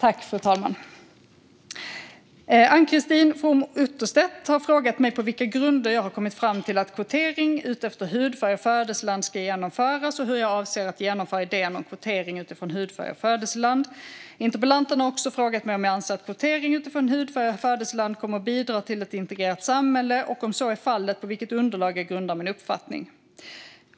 Fru talman! Ann-Christine From Utterstedt har frågat mig på vilka grunder jag har kommit fram till att kvotering utefter hudfärg och födelseland ska genomföras och hur jag avser att genomföra idén om kvotering utifrån hudfärg och födelseland. Interpellanten har också frågat mig om jag anser att kvotering utifrån hudfärg och födelseland kommer att bidra till ett integrerat samhälle och om så är fallet, på vilket underlag jag grundar min uppfattning.